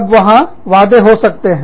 तब वहां वादे हो सकते है